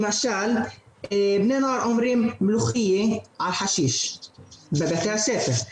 למשל בני נוער אומרים מולוחיה על חשיש בבתי הספר,